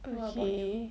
okay